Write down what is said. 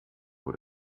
vor